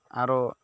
ᱟᱨᱚ